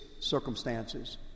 circumstances